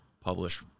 publish